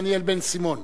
דניאל בן-סימון,